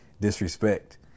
disrespect